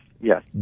yes